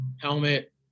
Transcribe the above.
helmet